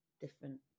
different